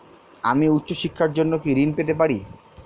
আমি উচ্চশিক্ষার জন্য কি ঋণ পেতে পারি?